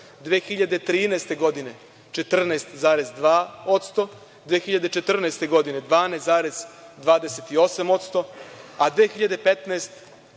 2013. godine 14,2%, 2014. godine 12,28%, a 2015. godine smo